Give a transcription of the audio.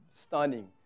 Stunning